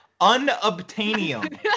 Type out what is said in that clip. Unobtainium